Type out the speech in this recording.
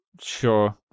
sure